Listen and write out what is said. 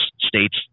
states